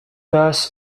thus